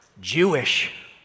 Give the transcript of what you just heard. Jewish